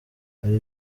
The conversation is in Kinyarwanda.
hari